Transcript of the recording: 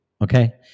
okay